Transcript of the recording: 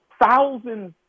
thousands